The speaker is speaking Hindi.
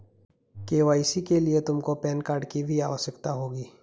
के.वाई.सी के लिए तुमको पैन कार्ड की भी आवश्यकता होगी